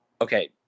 Okay